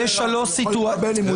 יש שלוש סיטואציות.